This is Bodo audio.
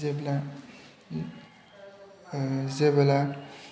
जेब्ला जेब्ला